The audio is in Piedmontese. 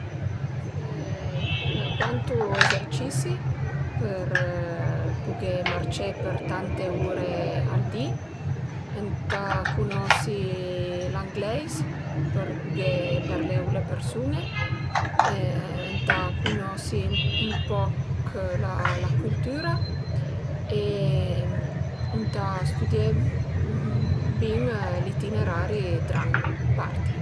Ëntà fe tantu esercisi për pughé marcé për tante ure al di, ëntà cunosi l'angleis për pughé parlé u le persun-e e ëntà cunosi ün poch la cültüra e ëntà stüdié bin l'itinerari drant parti